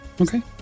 Okay